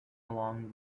along